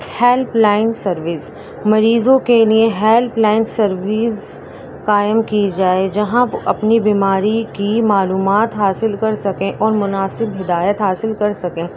help line service مریضوں کے لئیں ہیلپ لائن سرویز قائم کی جائے جہاں وہ اپنی بیماری کی معلومات حاصل کر سکیں اور مناسب ہدایت حاصل کر سکیں